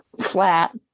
flat